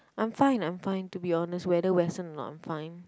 I'm fine I'm fine to be honest whether Western or not I'm fine